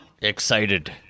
Excited